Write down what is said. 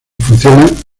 funciona